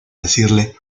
decirle